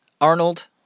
Arnold